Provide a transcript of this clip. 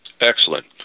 Excellent